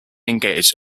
engaged